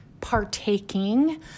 partaking